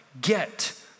Get